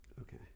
Okay